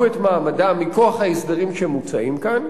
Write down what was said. את מעמדם מכוח ההסדרים שמוצעים כאן.